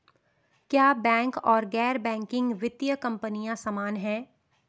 क्या बैंक और गैर बैंकिंग वित्तीय कंपनियां समान हैं?